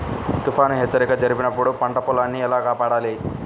తుఫాను హెచ్చరిక జరిపినప్పుడు పంట పొలాన్ని ఎలా కాపాడాలి?